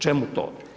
Čemu to?